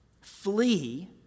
Flee